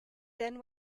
then